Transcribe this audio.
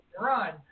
run